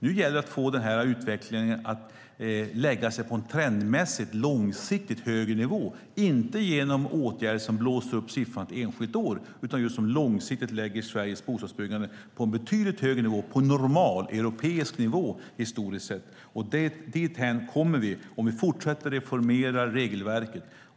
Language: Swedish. Nu gäller det att få denna utveckling att lägga sig på en trendmässigt och långsiktigt hög nivå, inte genom åtgärder som blåser upp siffrorna ett enskilt år utan som långsiktigt gör att Sveriges bostadsbyggande läggs på en betydligt högre nivå, på normaleuropeisk nivå historiskt sett. Dithän kommer vi om vi fortsätter att reformera regelverket.